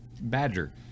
badger